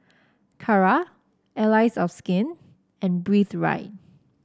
Kara Allies of Skin and Breathe Right